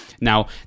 now